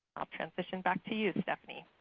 i'll transition back to you, stephanie.